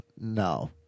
no